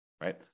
right